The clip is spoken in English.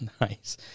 Nice